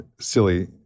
silly